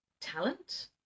talent